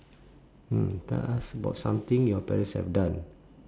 mm tell us about something your parents have done